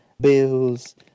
bills